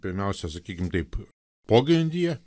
pirmiausia sakykim taip pogrindyje